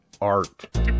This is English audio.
Art